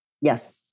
yes